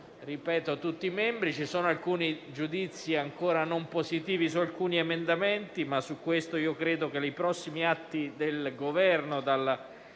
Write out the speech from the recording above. di nuovo tutti i membri. Ci sono giudizi ancora non positivi su alcuni emendamenti, ma su questo credo che i prossimi atti del Governo,